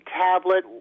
tablet